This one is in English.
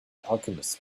alchemists